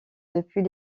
depuis